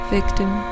Victim